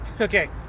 okay